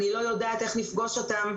אני לא יודעת איך נפגוש אותם,